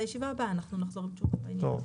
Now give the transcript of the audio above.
לישיבה הבאה נחזור עם תשובות בעניין.